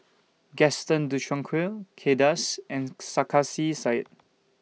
Gaston Dutronquoy Kay Das and Sarkasi Said